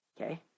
Okay